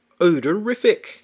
Odorific